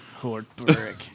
Hortberg